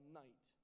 night